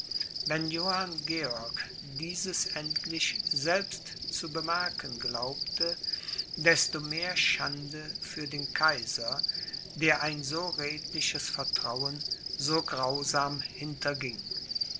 wenn johann georg dieses endlich selbst zu bemerken glaubte desto mehr schande für den kaiser der ein so redliches vertrauen so grausam